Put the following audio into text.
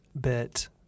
bit